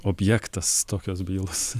objektas tokios bylos